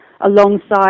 alongside